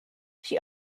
she